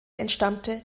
entstammte